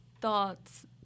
thoughts